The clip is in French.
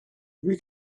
lui